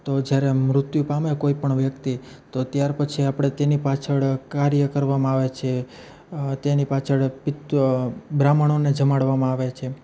તો જ્યારે મૃત્યુ પામે કોઈપણ વ્યક્તિ તો ત્યારપછી આપણે તેની પાછળ કાર્ય કરવામાં આવે છે તેની પાછળ એ પિત બ્રાહ્મણોને જમાડવામાં આવે છે